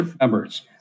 members